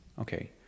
Okay